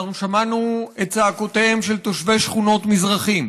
אנחנו שמענו את צעקותיהם של תושבי שכונות מזרחים,